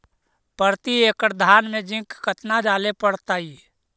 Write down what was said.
प्रती एकड़ धान मे जिंक कतना डाले पड़ताई?